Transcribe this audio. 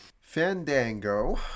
Fandango